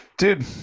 Dude